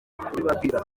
kubibabwira